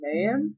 Man